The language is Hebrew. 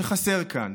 שחסר כאן.